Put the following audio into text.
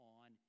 on